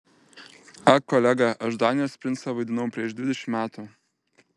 ak kolega aš danijos princą vaidinau prieš dvidešimt metų